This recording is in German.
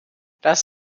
dies